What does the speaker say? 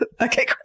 Okay